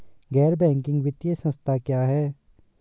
गैर बैंकिंग वित्तीय संस्था क्या है?